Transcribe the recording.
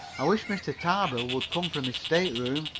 i wish mr. tarbill would come from his stateroom,